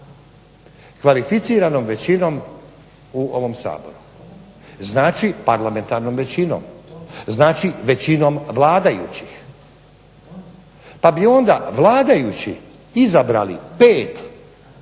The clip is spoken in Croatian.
tijelo.kvalificiranom većinom u ovom Saboru, znači parlamentarnom većinom, znači većinom vladajućih. Pa bi onda vladajući izabrali 5 tzv.